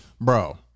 Bro